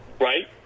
Right